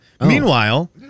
Meanwhile